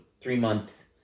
three-month